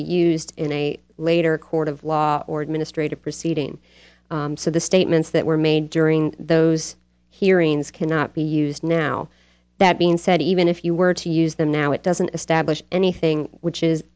be used in a later court of law order ministre to proceeding so the statements that were made during those hearings cannot be used now that being said even if you were to use them now it doesn't establish anything which is